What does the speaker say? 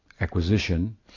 acquisition